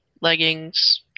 leggings